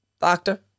doctor